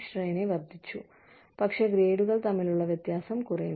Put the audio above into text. ശ്രേണി വർദ്ധിച്ചു പക്ഷേ ഗ്രേഡുകൾ തമ്മിലുള്ള വ്യത്യാസം കുറയുന്നു